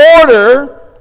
order